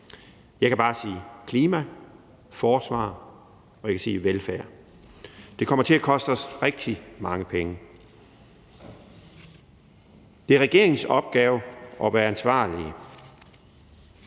Jeg kan bare sige klima, forsvar og velfærd. Det kommer til at koste os rigtig mange penge. Det er regeringens opgave at være ansvarlige,